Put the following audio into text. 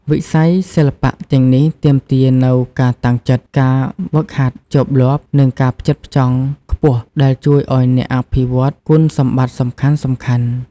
វិស័យសិល្បៈទាំងនេះទាមទារនូវការតាំងចិត្ត ការហ្វឹកហាត់ជាប់លាប់ និងការផ្ចិតផ្ចង់ខ្ពស់ ដែលជួយឱ្យអ្នកអភិវឌ្ឍគុណសម្បត្តិសំខាន់ៗ។